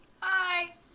hi